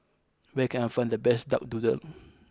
where can I find the best Duck Doodle